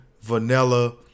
vanilla